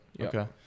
Okay